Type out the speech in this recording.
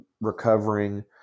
recovering